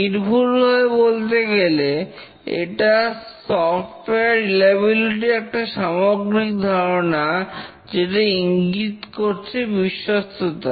নির্ভুলভাবে বলতে গেলে এটা সফটওয়্যার রিলায়বিলিটি র একটা সামগ্রিক ধারণা যেটা ইঙ্গিত করছে বিশ্বস্ততা